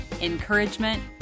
encouragement